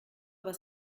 was